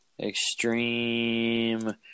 Extreme